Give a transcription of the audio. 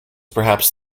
perhaps